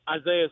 Isaiah